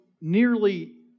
nearly